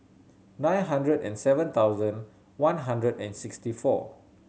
nine hundred and seven thousand one hundred and sixty four